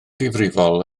difrifol